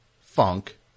Funk